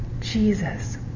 Jesus